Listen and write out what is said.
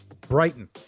Brighton